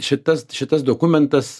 šitas šitas dokumentas